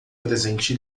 presente